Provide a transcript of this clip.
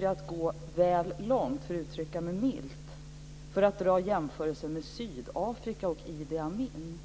är att gå väl långt - för att uttrycka mig milt - att göra jämförelser med Sydafrika och Idi Amin.